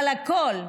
אבל הכול,